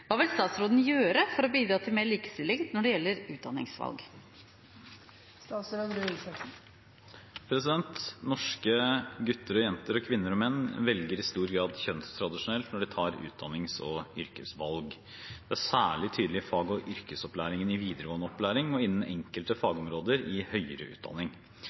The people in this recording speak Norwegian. Hva vil statsråden gjøre for å bidra til mer likestilling når det gjelder utdanningsvalg?» Norske gutter og jenter, kvinner og menn velger i stor grad kjønnstradisjonelt når de tar utdannings- og yrkesvalg. Det er særlig tydelig i fag- og yrkesopplæringen i videregående opplæring og innen enkelte fagområder i høyere utdanning.